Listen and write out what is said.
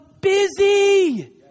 busy